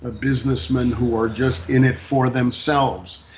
ah businessmen who are just in it for themselves,